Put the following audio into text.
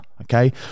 Okay